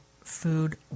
food